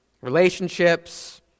relationships